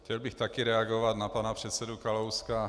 Chtěl bych taky reagovat na pana předsedu Kalouska.